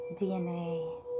DNA